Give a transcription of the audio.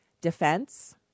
defense